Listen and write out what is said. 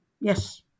yes